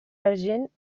argent